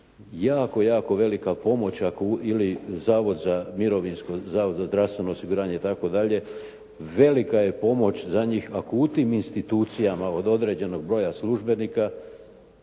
jako, jako velika pomoć ili Zavod za mirovinsko, Zavod za zdravstveno osiguranje itd. velika je pomoć za njih ako u tim institucijama od određenog broja službenika